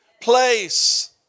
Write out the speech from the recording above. place